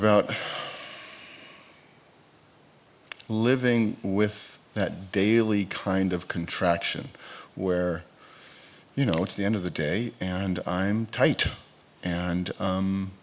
about living with that daily kind of contraction where you know it's the end of the day and i'm tight